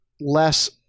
less